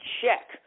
check